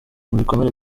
bikomere